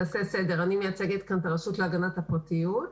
אני מייצגת את הרשות להגנת הפרטיות.